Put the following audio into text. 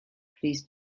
please